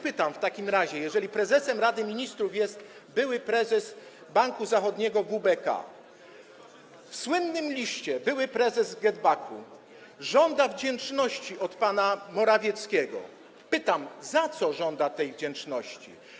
Pytam w takim razie: Skoro prezesem Rady Ministrów jest były prezes Banku Zachodniego WBK, a w słynnym liście były prezes GetBack żąda wdzięczności od pana Morawieckiego, to za co żąda tej wdzięczności?